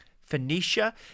Phoenicia